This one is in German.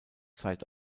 zeit